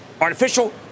artificial